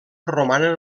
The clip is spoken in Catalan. romanen